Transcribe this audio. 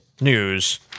news